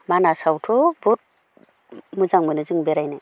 मानासावथ' बहुद मोजां मोनो जों बेरायनो